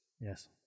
yes